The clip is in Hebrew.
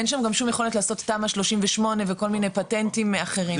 אין שם גם שום יכולת לעשות תמ"א 38 וכל מיני פטנטים אחרים.